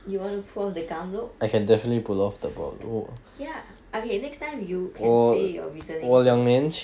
you want to pull off the gum look ya okay next time you can say your reasonings first